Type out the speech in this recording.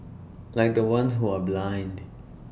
like the ones who are blind